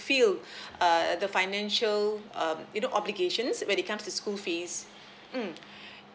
err the financial uh you know obligations when it comes to school fees mm